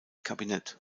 kabinett